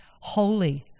holy